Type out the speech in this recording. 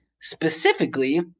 specifically